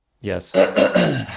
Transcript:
Yes